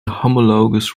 homologous